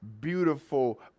beautiful